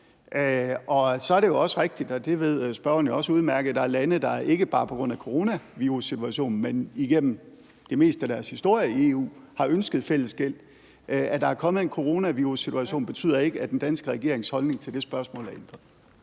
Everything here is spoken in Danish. Så er det jo også rigtigt – og det ved spørgeren jo også udmærket – at der er lande, der ikke bare på grund af coronavirussituationen, men igennem det meste af deres historie i EU har ønsket fælles gæld. At der er kommet en coronavirussituation, betyder ikke, at den danske regerings holdning til det spørgsmål er ændret.